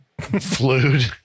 fluid